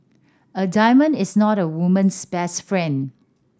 a diamond is not a woman's best friend